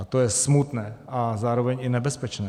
A to je smutné a zároveň i nebezpečné.